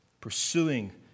pursuing